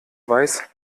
weiß